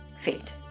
fate